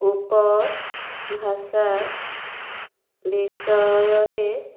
ଉପ ଭାଷା ବିଷୟରେ